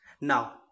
Now